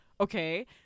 okay